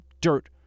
dirt